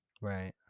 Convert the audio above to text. Right